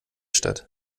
statt